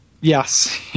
Yes